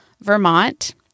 Vermont